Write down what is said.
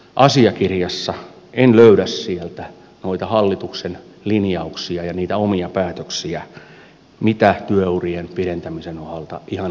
en löydä sieltä noita hallituksen linjauksia ja niitä omia päätöksiä mitä työurien pidentämisen osalta ihan oikeasti tapahtuu